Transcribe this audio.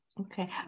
Okay